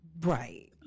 Right